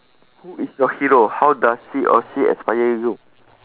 who is your hero how does he or she aspire you